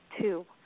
two